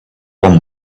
one